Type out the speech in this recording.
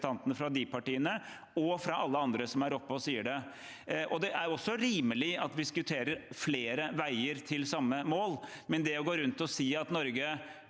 fra de partiene og fra alle andre som er oppe og sier det. Det er også rimelig at vi diskuterer flere veier til samme mål. Likevel: Når man går rundt og sier at Norge